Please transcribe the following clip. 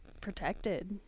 protected